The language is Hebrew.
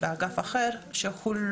יש שלושה אגפים מיוחדים